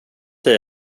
dig